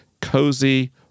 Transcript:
Cozy